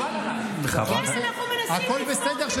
אנחנו מנסים, כדי לעזור לו.